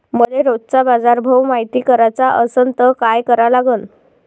मले रोजचा बाजारभव मायती कराचा असन त काय करा लागन?